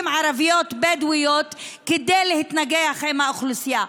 ערביות-בדואיות כדי להתנגח עם האוכלוסייה.